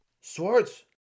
Swords